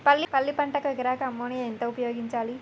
పల్లి పంటకు ఎకరాకు అమోనియా ఎంత ఉపయోగించాలి?